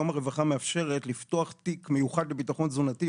היום הרווחה מאפשרת לפתוח תיק מיוחד לביטחון תזונתי,